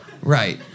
Right